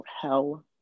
hell